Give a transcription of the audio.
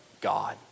God